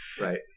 Right